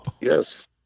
yes